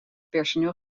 personeel